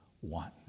one